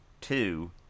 two